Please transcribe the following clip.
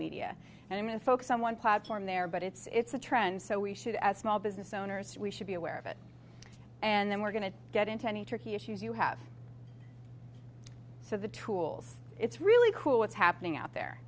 media and in a focus on one platform there but it's it's a trend so we should as small business owners we should be aware of it and then we're going to get into any tricky issues you have so the tools it's really cool what's happening out there